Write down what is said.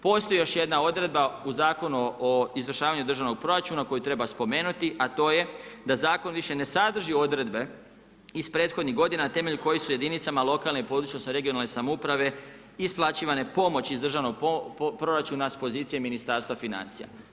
Postoji još jedna odredba u Zakonu o izvršavanju državnog proračuna koji treba spomenuti, a to je da zakon više ne sadrži odredbe iz prethodnih godina na temelju kojih su jedinicama lokalne i područne, odnosno regionalne samouprave isplaćivane pomoći iz državnog proračuna s pozicije Ministarstva financija.